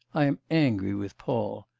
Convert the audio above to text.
i am angry with paul.